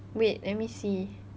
wait let me see